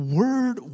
word